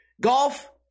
Golf